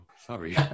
sorry